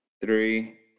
Three